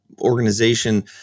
organization